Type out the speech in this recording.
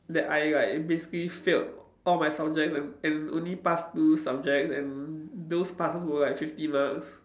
that I like basically failed all my subjects and and only pass two subjects and those passes were like fifty marks